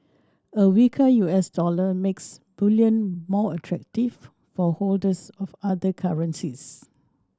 a weaker U S dollar makes bullion more attractive for holders of other currencies